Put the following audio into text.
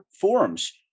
forums